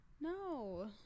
No